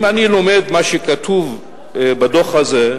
אם אני לומד מה שכתוב בדוח הזה,